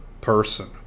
person